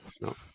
no